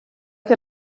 que